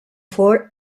ford